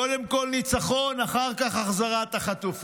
קודם כול ניצחון, אחר כך החזרת החטופים.